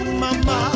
mama